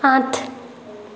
আঠ